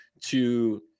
to-